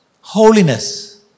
holiness